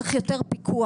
צריך יותר פיקוח.